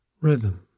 rhythm